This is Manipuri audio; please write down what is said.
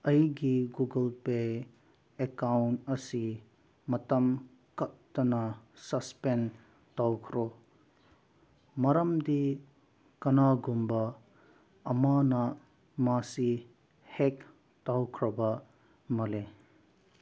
ꯑꯩꯒꯤ ꯒꯨꯒꯜ ꯄꯦ ꯑꯦꯛꯀꯥꯎꯟ ꯑꯁꯤ ꯃꯇꯝ ꯀꯛꯇꯅ ꯁꯁꯄꯦꯟ ꯇꯧꯈ꯭ꯔꯣ ꯃꯔꯝꯗꯤ ꯀꯅꯥꯒꯨꯝꯕ ꯑꯃꯅ ꯃꯁꯤ ꯍꯦꯛ ꯇꯧꯈ꯭ꯔꯕ ꯃꯥꯜꯂꯤ